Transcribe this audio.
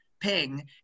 ping